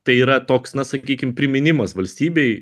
tai yra toks na sakykim priminimas valstybei